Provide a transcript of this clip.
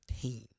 team